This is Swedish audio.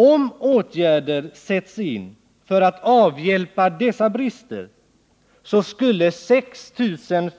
Om åtgärder sätts in för att avhjälpa dessa brister skulle 6